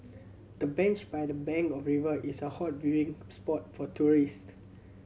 the bench by the bank of river is a hot viewing spot for tourist